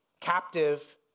captive